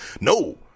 No